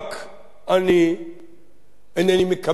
אני אינני מקבל אותה,